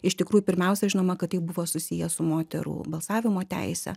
iš tikrųjų pirmiausia žinoma kad tai buvo susiję su moterų balsavimo teise